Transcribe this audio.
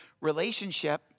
relationship